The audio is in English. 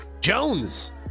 Jones